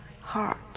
heart